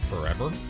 forever